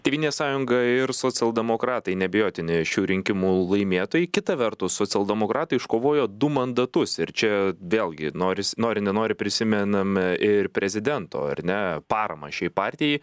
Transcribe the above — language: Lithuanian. tėvynės sąjunga ir socialdemokratai neabejotini šių rinkimų laimėtojai kita vertus socialdemokratai iškovojo du mandatus ir čia vėlgi noris nori nenori prisimename ir prezidento ar ne paramą šiai partijai